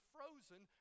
Frozen